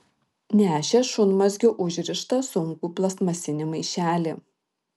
nešė šunmazgiu užrištą sunkų plastmasinį maišelį